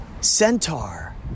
Centaur